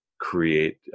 create